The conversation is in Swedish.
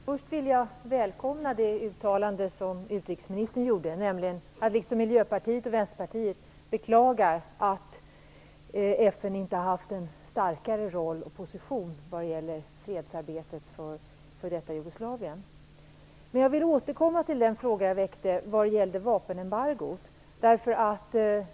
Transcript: Herr talman! Först vill jag välkomna att utrikesministern, liksom Miljöpartiet och Vänsterpartiet, beklagar att FN inte har haft en större roll och en starkare position vad gäller fredsarbetet i det f.d. Jag vill dock återkomma till den fråga jag reste vad gäller vapenembargot.